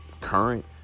current